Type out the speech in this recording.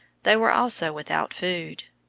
they were also without food.